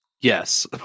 yes